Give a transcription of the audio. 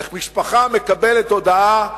איך משפחה מקבלת הודעה: